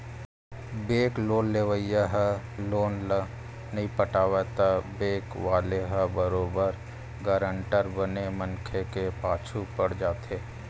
bank loan लेवइया ह loan ल नइ पटावय त बेंक वाले ह बरोबर गारंटर बने मनखे के पाछू पड़ जाथे